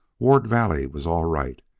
ward valley was all right,